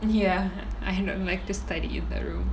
ya I don't like to study in the room